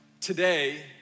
Today